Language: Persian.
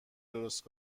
درست